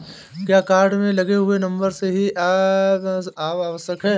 क्या कार्ड में लगे हुए नंबर से ही एस.एम.एस आवश्यक है?